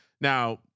Now